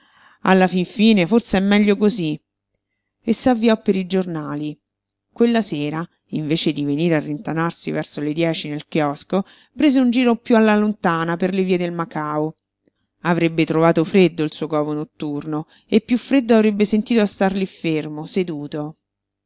alla fin fine forse è meglio cosí e s'avviò per i giornali quella sera invece di venire a rintanarsi verso le dieci nel chiosco prese un giro piú alla lontana per le vie del macao avrebbe trovato freddo il suo covo notturno e piú freddo avrebbe sentito a star lí fermo seduto